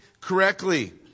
correctly